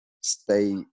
stay